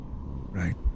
Right